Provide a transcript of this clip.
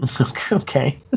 Okay